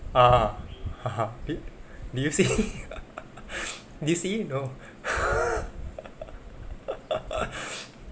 ah did did you see did you see no